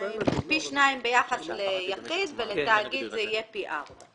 פי שניים ביחס ליחיד, ולתאגיד פי ארבע.